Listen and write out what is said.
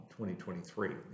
2023